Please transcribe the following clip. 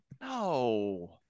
No